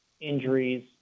injuries